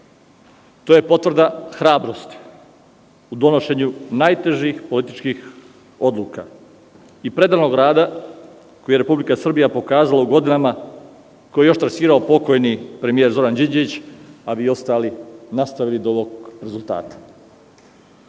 To je potvrda hrabrosti u donošenju najtežih političkih odluka i predanog rada koji je Republika Srbija pokazala u godinama koje je trasirao pokojni premijer Zoran Đinđić, a vi ostali nastavili do ovog rezultata.